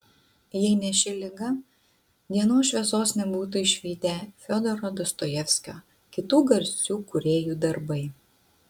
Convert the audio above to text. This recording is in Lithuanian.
jei ne ši liga dienos šviesos nebūtų išvydę fiodoro dostojevskio kitų garsių kūrėjų darbai